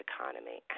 economy